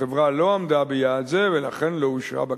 החברה לא עמדה ביעד זה, ולכן לא אושרה בקשתה.